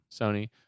Sony